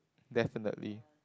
definitely